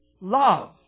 love